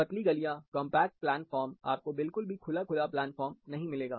पतली गलियां compact plan form आपको बिल्कुल भी खुला खुला प्लान फॉर्म नहीं मिलेगा